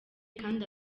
kandi